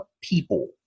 people